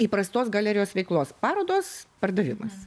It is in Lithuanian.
įprastos galerijos veiklos parodos pardavimas